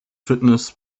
fitness